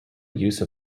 use